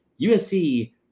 USC